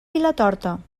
vilatorta